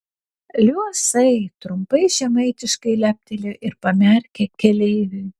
liuosai trumpai žemaitiškai leptelėjo ir pamerkė keleiviui